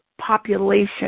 population